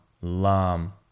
lam